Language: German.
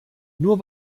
nur